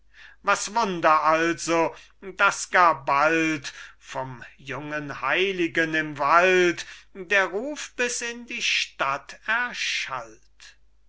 was wunder also daß gar bald vom jungen heiligen im wald der ruf bis in die stadt erschallt